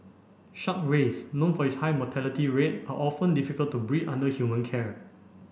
shark rays known for its high mortality rate are often difficult to breed under human care